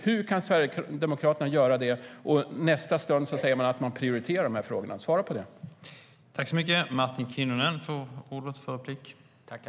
Hur kan Sverigedemokraterna göra så och nästa stund säga att de prioriterar de här frågorna? Svara på det, Martin Kinnunen!